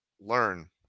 learn